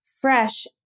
fresh